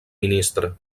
ministre